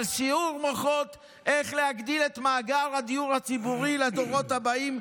סיעור מוחות איך להגדיל את מאגר הדיור הציבורי לדורות הבאים,